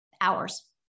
hours